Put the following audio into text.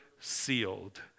sealed